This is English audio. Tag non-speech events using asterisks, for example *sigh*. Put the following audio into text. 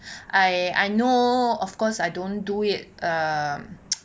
I I know of course I don't do it um *noise*